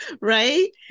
Right